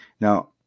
Now